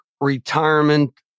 retirement